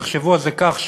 תחשבו על זה כך,